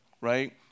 right